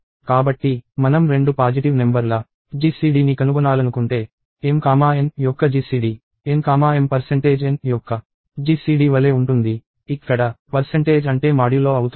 కాబట్టి మనం రెండు పాజిటివ్ నెంబర్ ల GCDని కనుగొనాలనుకుంటే mn యొక్క GCD nmn యొక్క GCD వలె ఉంటుంది ఇక్కడ అంటే మాడ్యులో అవుతుంది